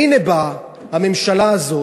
והנה באה הממשלה הזאת,